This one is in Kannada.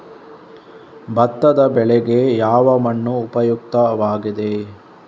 ಭತ್ತದ ಬೆಳೆಗೆ ಯಾವ ಮಣ್ಣು ಉಪಯುಕ್ತವಾಗಿದೆ?